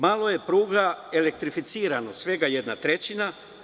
Malo je pruga elektrificirano, svega jedna trećina.